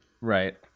Right